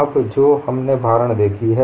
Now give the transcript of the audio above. अब जो हमने भारण देखी है